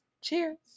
Cheers